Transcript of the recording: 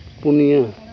ᱯᱩᱱᱭᱟᱹ